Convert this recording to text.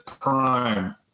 Prime